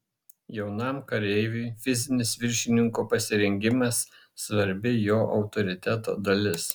jaunam kareiviui fizinis viršininko pasirengimas svarbi jo autoriteto dalis